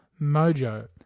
Mojo